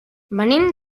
venim